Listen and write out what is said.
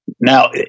Now